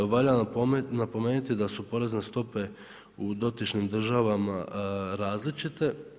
Valja napomenuti da su porezne stope u dotičnim državama različite.